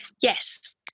Yes